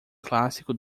clássico